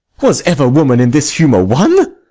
was ever woman in this humour won?